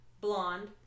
blonde